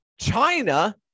China